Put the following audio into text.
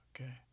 Okay